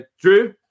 Drew